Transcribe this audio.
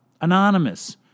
anonymous